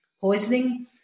poisoning